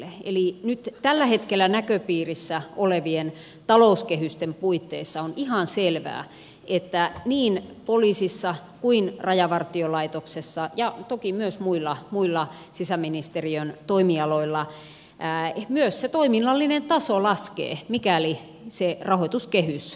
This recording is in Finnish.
eli nyt tällä hetkellä näköpiirissä olevien talouskehysten puitteissa on ihan selvää että niin poliisissa kuin rajavartiolaitoksessa ja toki myös muilla sisäministeriön toimialoilla myös se toiminnallinen taso laskee mikäli se rahoituskehys laskee